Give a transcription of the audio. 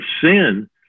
sin